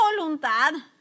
voluntad